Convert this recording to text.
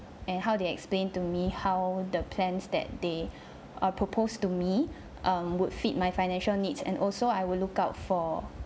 and how they explain to me how the plans that they err proposed to me um would feed my financial needs and also I will look out for